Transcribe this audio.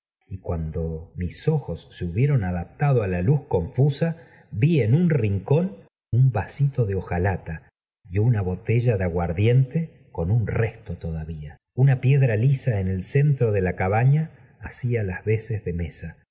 y cuando mis ojos se hubieron adaptado á la luz confusa vi en un rincón un vasito de hojalata y una botella de aguardiente con un resto todavía una piedra lisa en el centro de la cabaña hacía las veces de mesa